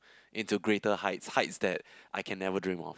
into greater heights heights that I can never dream of